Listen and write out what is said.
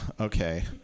Okay